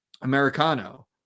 Americano